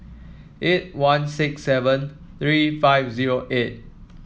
eight one six seven three five zero eight